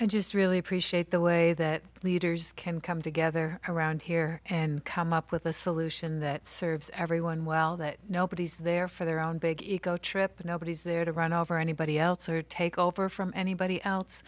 i just really appreciate the way that leaders can come together around here and come up with a solution that serves everyone well that nobody's there for their own big ego trip nobody's there to run over anybody else or take over from anybody else